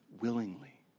willingly